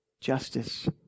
justice